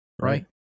right